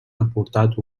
aportat